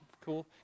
Cool